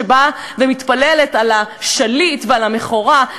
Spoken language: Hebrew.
שבאה ומתפללת על השליט ועל המכורה.